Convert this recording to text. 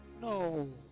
No